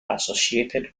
associated